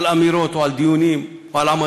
על אמירות, או על דיונים, או על עמדות,